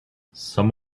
some